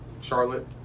Charlotte